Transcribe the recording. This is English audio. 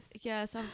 yes